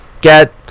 get